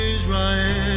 Israel